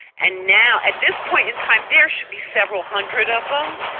and now at this point in time there should be several hundred of them,